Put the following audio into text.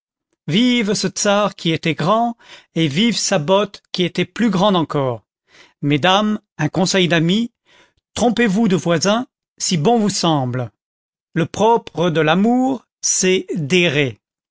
vive ce czar qui était grand et vive sa botte qui était plus grande encore mesdames un conseil d'ami trompez-vous de voisin si bon vous semble le propre de l'amour c'est d'errer